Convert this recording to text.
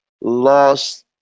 lost